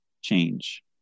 change